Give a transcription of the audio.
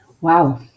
wow